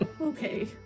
Okay